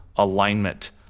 alignment